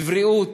בבריאות,